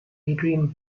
adrian